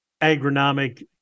agronomic